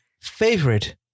favorite